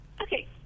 Okay